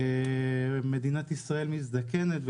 מדינת ישראל מזדקנת,